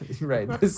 right